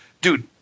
Dude